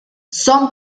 son